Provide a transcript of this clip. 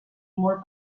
molt